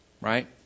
Right